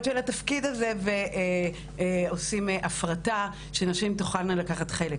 של התפקיד הזה ועושים הפרטה שנשים תוכלנה לקחת חלק.